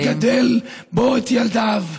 ולגדל בו את ילדיו.